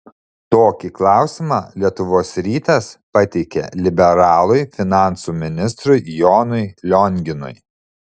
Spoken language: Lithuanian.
tokį klausimą lietuvos rytas pateikė liberalui finansų ministrui jonui lionginui